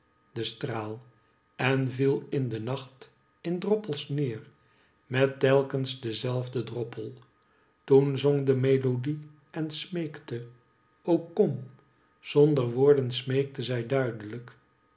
de straal en viel in den nacht in droppels neer met telkens den zelfden droppel toen zong de melodie en smeekte o kom zonder woorden smeekte zij duidelijk